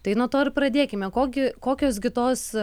tai nuo to ir pradėkime ko gi kokios gi tos